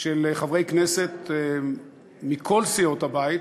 של חברי כנסת מכל סיעות הבית,